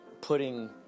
putting